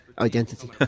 identity